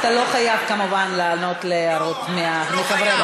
אתה לא חייב כמובן לענות על הערות מחברי הכנסת.